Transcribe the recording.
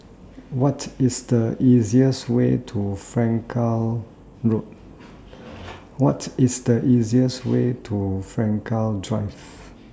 What IS The easiest Way to Frankel Drive